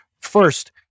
First